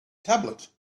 tablet